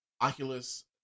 oculus